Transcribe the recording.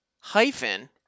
hyphen